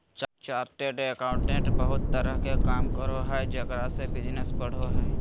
chartered accountant बहुत तरह के काम करो हइ जेकरा से बिजनस बढ़ो हइ